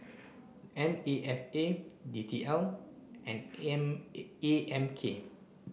N A F A D T L and A A M K